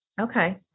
Okay